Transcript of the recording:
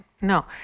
No